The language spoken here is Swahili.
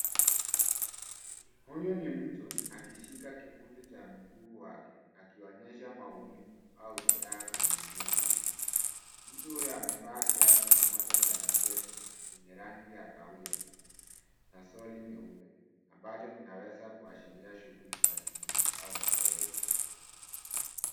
Huyu ni mtu akishika kifundi cha mguu wake, akionyesha maumivu au jeraha kwenye eneo hilo. Mtu huyu amevaa kiatu kimoja cha mchezo chenye rangi ya kahawia na soli nyeupe ambacho kinaweza kuashiria shughuli za kimwili au mazoezi.